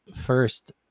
First